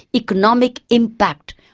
economic impact,